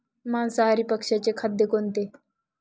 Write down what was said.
मांसाहारी पक्ष्याचे खाद्य कोणते?